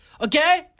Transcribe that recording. Okay